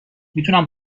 میتونم